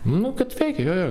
nu kad veikia jo jo